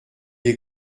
est